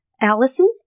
Allison